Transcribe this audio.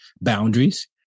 boundaries